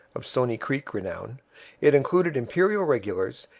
of stoney creek renown it included imperial regulars,